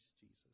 Jesus